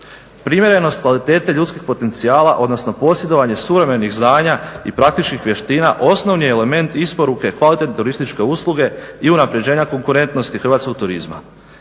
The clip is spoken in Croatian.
Primjerenost kvalitete ljudskih potencijala odnosno posjedovanje suvremenih znanja i praktičkih vještina osnovni je element isporuke kvalitetne turističke usluge i unapređenja konkurentnosti hrvatskog turizma.